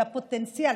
של הפוטנציאל,